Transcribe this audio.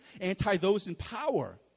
anti-those-in-power